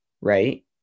right